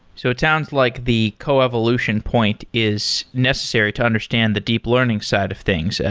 so it sounds like the coevolution point is necessary to understand the deep learning side of things. and